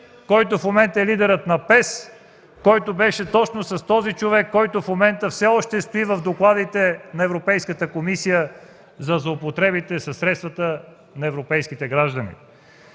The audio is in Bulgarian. лидер, в момента – лидерът на ПЕС, който беше точно с човека, който все още стои в докладите на Европейската комисия за злоупотреби със средствата на европейските граждани!